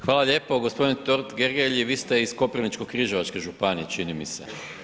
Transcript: Hvala lijepo g. Totgergeli, vi ste iz Koprivničko-križevačke županije, čini mi se.